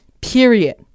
period